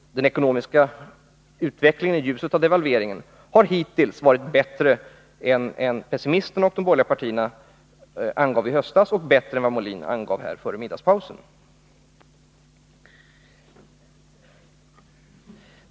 Den ekonomiska utvecklingen i ljuset av devalveringen har hittills varit bättre än vad pessimisterna och de borgerliga partierna angav i höstas och bättre än vad Björn Molin angav före middagspausen.